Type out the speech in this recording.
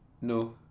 No